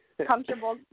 Comfortable